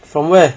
from where